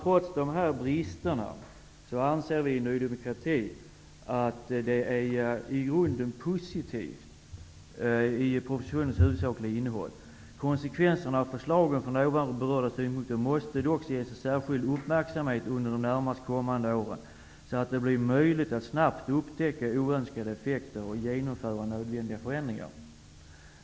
Trots de här bristerna anser vi i Ny demokrati att propositionens huvudsakliga innehåll är i grunden positivt. Konsekvenserna av förslagen måste dock från de berörda synpunkterna ges särskild uppmärksamhet under de närmast kommande åren, så att det blir möjligt att snabbt upptäcka oönskade effekter och genomföra nödvändiga förändringar.